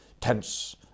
tense